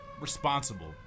responsible